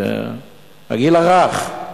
לגיל הרך,